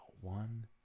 one